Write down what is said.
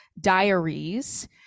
Diaries